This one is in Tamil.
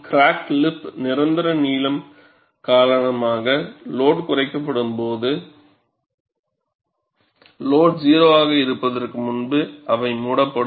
கிராக் லிப் நிரந்தர நீளம் காரணமாக லோடு குறைக்கப்படும்போது லோடு 0 ஆக இருப்பதற்கு முன்பு அவை மூடப்படும்